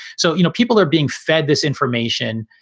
so, you know, people are being fed this information.